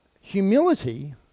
humility